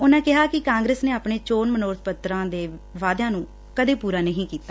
ਉਨੂਾ ਕਿਹਾ ਕਿ ਕਾਂਗਰਸ ਨੇ ਆਪਣੇ ਚੋਣ ਮਨੋਰਥ ਪੱਤਰਾਂ ਦੇ ਵਾਅਦਿਆਂ ਨੂੰ ਕਦੇ ਪੂਰਾ ਨਹੀਂ ਕੀਤਾ